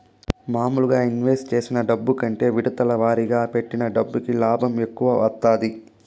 మాములుగా ఇన్వెస్ట్ చేసిన డబ్బు కంటే విడతల వారీగా పెట్టిన డబ్బుకి లాభం ఎక్కువ వత్తాది